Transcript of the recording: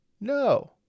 No